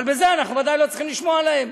אבל בזה אנחנו ודאי לא צריכים לשמוע להם.